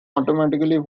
automatically